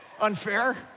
unfair